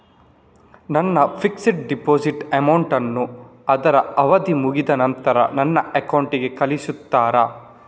ನನ್ನ fixed deposit amount ಅನ್ನು ಅದ್ರ ಅವಧಿ ಮುಗ್ದ ನಂತ್ರ ನನ್ನ ಅಕೌಂಟ್ ಗೆ ಕಳಿಸ್ತೀರಾ?